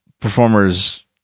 performers